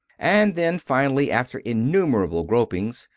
and then, finally, after innumerable gropings,